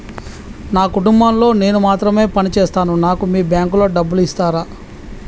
నా కుటుంబం లో నేను మాత్రమే పని చేస్తాను నాకు మీ బ్యాంకు లో డబ్బులు ఇస్తరా?